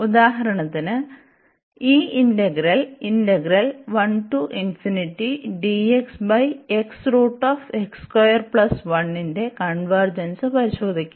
ഉദാഹരണത്തിന് ഈ ഇന്റഗ്രൽ ന്റെ കൺവെർജെൻസ് പരിശോധിക്കാം